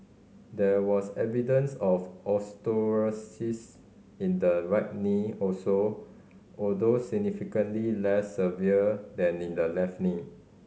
there was evidence of osteoarthritis in the right knee also although significantly less severe than in the left knee